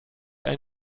ein